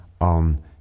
on